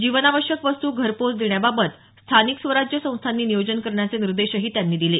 जीवनावश्यक वस्तू घर पोहोच देण्याबाबत स्थानिक स्वराज्य संस्थांनी नियोजन करण्याचे निर्देशही त्यांनी दिले